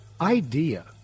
idea